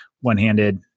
one-handed